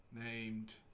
named